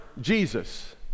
Jesus